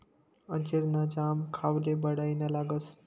अंजीर ना जाम खावाले बढाईना लागस